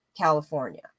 California